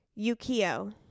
Yukio